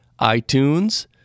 iTunes